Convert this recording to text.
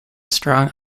strong